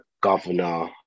governor